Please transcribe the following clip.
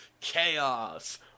Chaos